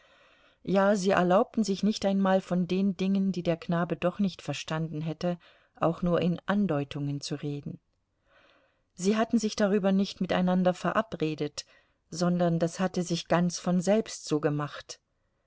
ja sie erlaubten sich nicht einmal von den dingen die der knabe doch nicht verstanden hätte auch nur in andeutungen zu reden sie hatten sich darüber nicht miteinander verabredet sondern das hatte sich ganz von selbst so gemacht